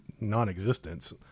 non-existence